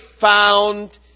found